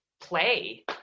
play